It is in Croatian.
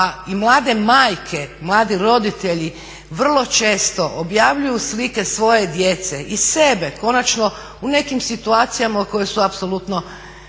pa i mlade majke, mladi roditelji vrlo često objavljuju slike svoje djece i sebe konačno u nekim situacijama koje su apsolutno,